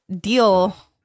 deal